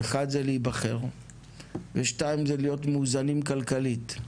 אחד זה להיבחר ושתיים זה להיות מאוזנים כלכלית.